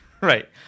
Right